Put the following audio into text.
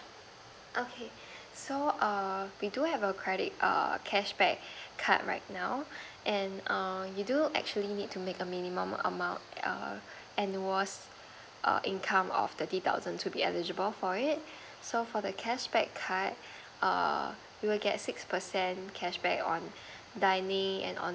okay so err we do have a credit err cash back card right now and err you do actually need to make a minimum amount err annual err income of thirty thousand to be eligible for it so for the cash back card err you will get six percent cash back on dining and on